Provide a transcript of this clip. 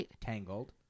Tangled